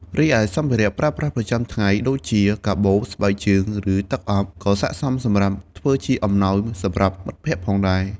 រីឯសម្ភារៈប្រើប្រាស់ប្រចាំថ្ងៃ ដូចជា កាបូប ស្បែកជើង ឬទឹកអប់ ក៏ស័ក្តិសមសម្រាប់ធ្វើជាអំណោយសម្រាប់មិត្តភក្ដិផងដែរ។